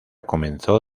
comenzó